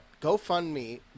GoFundMe